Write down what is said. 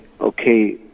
okay